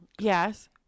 yes